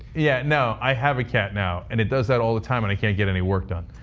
yeah no i have a cat now. and it does that all the time. and i cant get any work done.